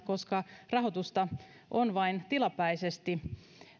koska rahoitusta on vain tilapäisesti